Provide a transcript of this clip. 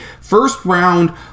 first-round